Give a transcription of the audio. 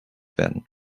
werden